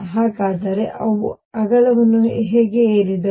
ಹಾಗಾದರೆ ಅವು ಅಗಲವನ್ನು ಹೇಗೆ ಏರಿದವು